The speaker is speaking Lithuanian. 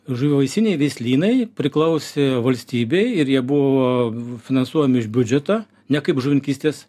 žuvivaisiniai veislynai priklausė valstybei ir jie buvo finansuojami iš biudžeto ne kaip žuvininkystės